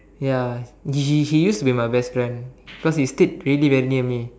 ya he he used to be my best friend because he stayed really very near me